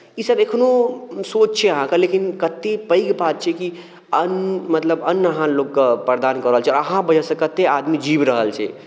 ईसभ एखनहु सोच छै अहाँके लेकिन कतेक पैघ बात छियै कि अन्न मतलब अन्न अहाँ लोककेँ प्रदान कऽ रहल छियै अहाँ वजहसँ कतेक आदमी जीवि रहल छै